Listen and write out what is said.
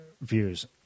Views